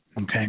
okay